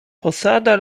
posada